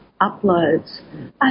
uploads